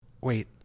Wait